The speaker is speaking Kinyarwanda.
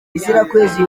bizirakwezi